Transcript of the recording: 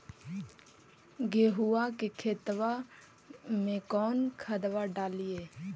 गेहुआ के खेतवा में कौन खदबा डालिए?